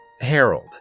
Harold